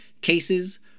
cases